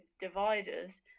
dividers